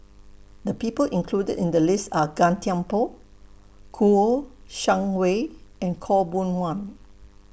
The People included in The list Are Gan Thiam Poh Kouo Shang Wei and Khaw Boon Wan